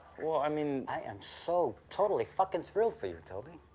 well, i mean i am so totally fuckin' thrilled for you, toby.